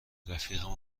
رفیقمو